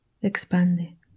expande